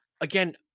again